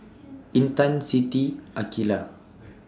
Intan Siti Aqilah